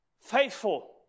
faithful